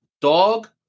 dog